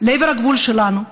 לעבר הגבול שלנו.